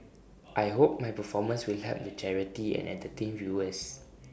I hope my performance will help the charity and entertain viewers